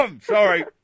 sorry